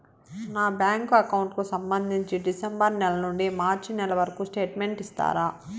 నా bank account కు సంబంధించి డిసెంబరు నెల నుండి మార్చి నెలవరకు స్టేట్మెంట్ ఇస్తారా?